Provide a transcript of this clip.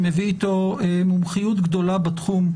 שמביא איתו מומחיות גדולה בתחום,